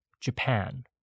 Japan